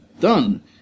Done